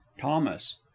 thomas